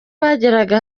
bageraga